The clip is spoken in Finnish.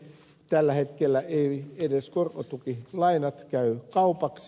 tällä hetkellä eivät edes korkotukilainat käy kaupaksi